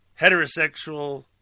heterosexual